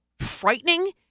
frightening